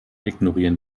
ignorieren